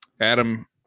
Adam